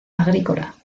agrícola